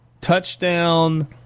Touchdown